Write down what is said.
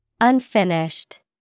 Unfinished